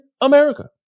America